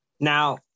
Now